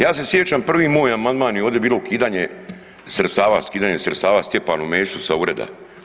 Ja se sjećam, prvi moj amandman je ovdje bilo ukidanje sredstava, skidanje sredstava Stjepanu Mesiću sa ureda.